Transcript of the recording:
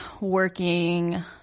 working